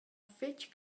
fetg